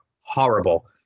horrible